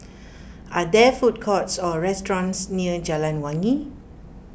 are there food courts or restaurants near Jalan Wangi